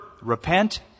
repent